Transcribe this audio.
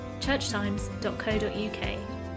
churchtimes.co.uk